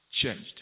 changed